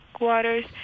waters